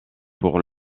pour